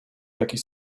jakiś